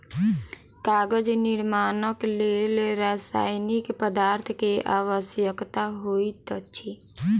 कागज निर्माणक लेल रासायनिक पदार्थ के आवश्यकता होइत अछि